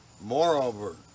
Moreover